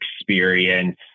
experience